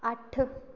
अट्ठ